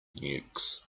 nukes